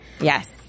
Yes